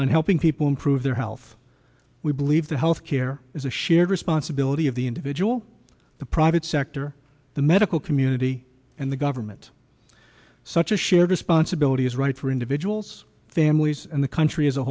on helping people improve their health we believe that health care is a shared responsibility of the individual the private sector the medical community and the government such a shared responsibility is right for individuals families and the country as a